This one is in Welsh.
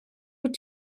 wyt